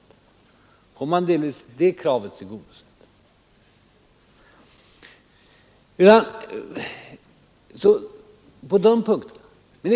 Där blir alltså delvis det kravet tillgodosett.